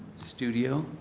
studio.